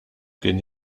kien